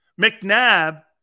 McNabb